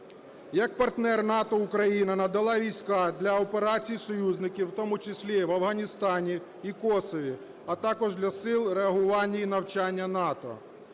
Як партнер НАТО Україна надала війська для операції союзників, в тому числі в Афганістані і Косово. А також для сил реагування і навчання НАТО.